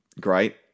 great